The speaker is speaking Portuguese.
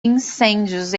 incêndios